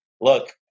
look